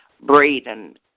Braden